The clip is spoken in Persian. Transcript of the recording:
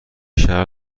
شهر